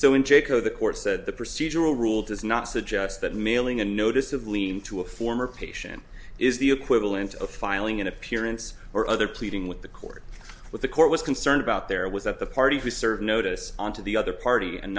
so the court said the procedural rule does not suggest that mailing a notice of lien to a former patient is the equivalent of filing an appearance or other pleading with the court with the court was concerned about there was a party who served notice on to the other party and